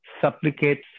Supplicate